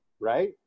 right